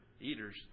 Eaters